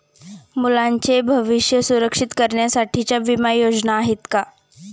मुलांचे भविष्य सुरक्षित करण्यासाठीच्या विमा योजना आहेत का?